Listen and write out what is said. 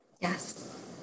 Yes